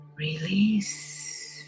Release